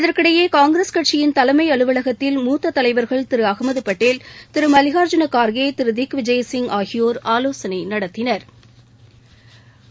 இதற்கிடையே காங்கிரஸ் கட்சியின் தலைமை அலுவலகத்தில் மூத்த தலைவா்கள் திரு அகமது படேல் திரு மல்லினா்ஜூன கா்கே திரு திக்விஜய்சிங் ஆகியோா் ஆலோசனை நடத்தினா்